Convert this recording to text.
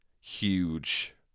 Huge